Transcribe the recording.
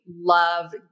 love